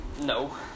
No